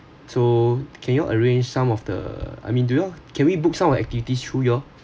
so can you arrange some of the I mean do all can we book some of the activities through you all